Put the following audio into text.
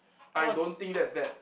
I don't think that's bad